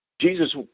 Jesus